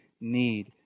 need